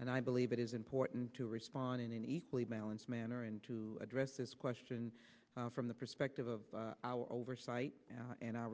and i believe it is important to respond in an equally balanced manner and to address this question from the perspective of our oversight and our